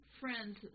Friends